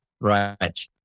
Right